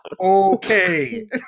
okay